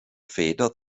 feder